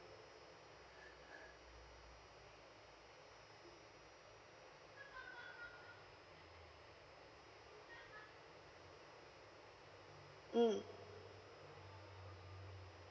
mm